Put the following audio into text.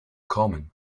common